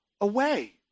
away